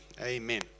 amen